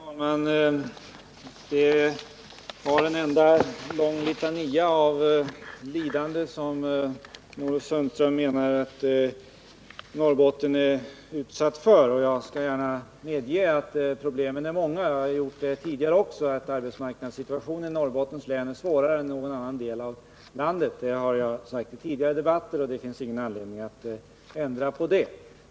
Herr talman! Det var en enda lång litania om de lidanden som Sten-Ove Sundström menar att Norrbotten är utsatt för. Jag skall gärna medge, och jag har gjort det tidigare också, att problemen där är många. Arbetsmarknadssituationen i Norrbotten är svårare än i någon annan del av landet. Detta har jag sagt även i tidigare debatter, och jag har ingen anledning att ändra det uttalandet.